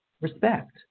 respect